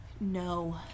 no